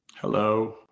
Hello